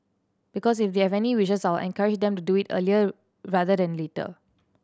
because if they have any wishes I'll encourage them to do it earlier rather than later